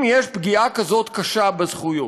אם יש פגיעה כזאת קשה בזכויות,